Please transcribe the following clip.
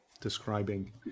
describing